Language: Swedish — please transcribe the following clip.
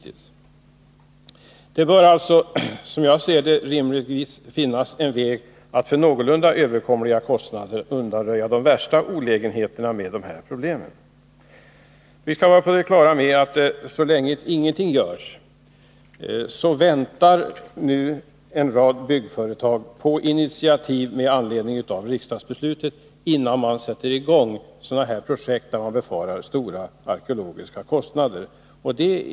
Enligt min mening bör det rimligtvis finnas en möjlighet att för någorlunda överkomliga kostnader undanröja de värsta olägenheterna till följd av de här problemen. Vi skall vara på det klara med, att så länge ingenting görs, väntar en rad byggföretag på initiativ med anledning av riksdagsbeslutet, innan man sätter i gång projekt där det befaras bli stora arkeologiska kostnader.